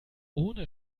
ohne